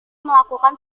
melakukan